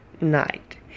night